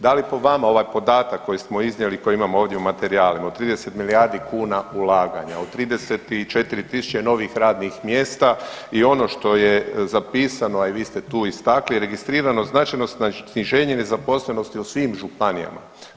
Da li po vama ovaj podatak koji smo iznijeli i koji imamo ovdje u materijalima od 30 milijardi kuna ulaganja, u 34 tisuće novih radnih mjesta i ono što je zapisano, a i vi ste tu istakli, registrirano značajno sniženje nezaposlenosti u svim županijama.